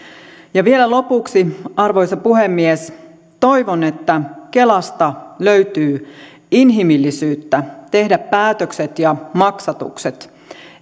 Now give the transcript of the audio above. vielä lopuksi arvoisa puhemies toivon että kelasta löytyy inhimillisyyttä tehdä päätökset ja maksatukset